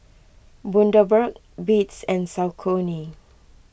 Bundaberg Beats and Saucony